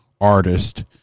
artist